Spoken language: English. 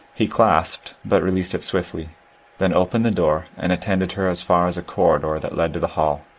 he clasped but released it swiftly then opened the door and attended her as far as a corridor that led to the hall,